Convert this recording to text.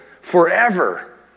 forever